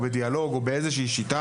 בדיאלוג או באיזו שהיא שיטה: